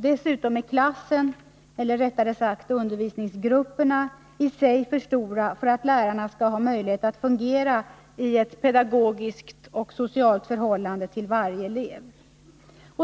Dessutom är klasserna, eller rättare sagt undervisningsgrupperna, i sig för stora för att lärarna skall ha möjlighet att fungera i ett pedagogiskt och socialt förhållande till varje elev.